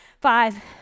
Five